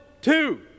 two